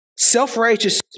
Self-righteous